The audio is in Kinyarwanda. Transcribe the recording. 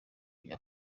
bya